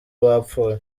wapfuye